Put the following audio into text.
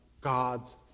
God's